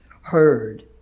heard